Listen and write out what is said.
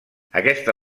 aquesta